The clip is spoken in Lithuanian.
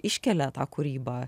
iškelia tą kūrybą